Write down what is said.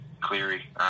Cleary